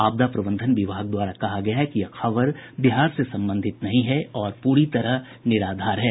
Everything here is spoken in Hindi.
आपदा प्रबंधन विभाग द्वारा कहा गया है कि यह खबर बिहार से संबंधित नहीं हैं और पूरी तरह निराधार है